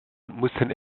mussten